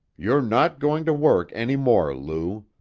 you're not going to work any more, lou.